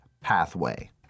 pathway